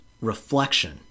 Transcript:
reflection